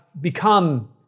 become